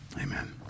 Amen